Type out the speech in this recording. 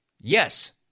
Yes